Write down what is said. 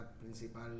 principal